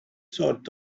sort